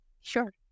Sure